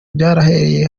byahereye